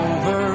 Over